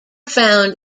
found